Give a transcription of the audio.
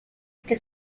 que